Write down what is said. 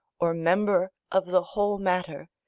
or member of the whole matter,